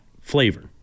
flavor